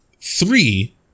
three